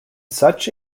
such